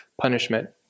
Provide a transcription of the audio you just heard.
punishment